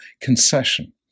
concession